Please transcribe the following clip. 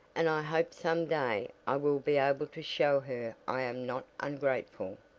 and i hope some day i will be able to show her i am not ungrateful.